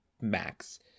Max